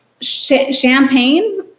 Champagne